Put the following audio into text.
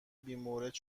بیمورد